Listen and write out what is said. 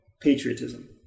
Patriotism